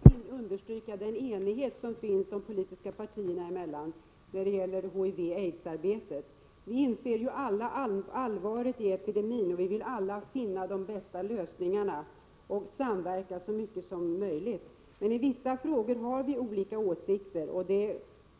Herr talman! Även jag vill som Daniel Tarschys understryka den enighet som finns de politiska partierna emellan när det gäller HIV och aidsarbetet. Alla inser vi ju allvaret i epidemin, och vi vill alla finna de bästa lösningarna och samverka så mycket som möjligt. Men i vissa frågor har vi olika åsikter, och det